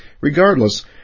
Regardless